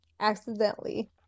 accidentally